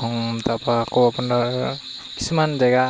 তাৰপা আকৌ আপোনাৰ কিছুমান জেগা